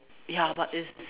ya but it's